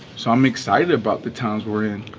so i'm excited about the times we're in.